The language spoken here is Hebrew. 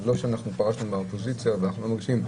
זה לא שאנחנו פרשנו מהאופוזיציה ואנחנו לא מגישים.